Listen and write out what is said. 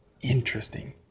interesting